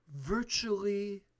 virtually